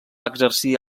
exercir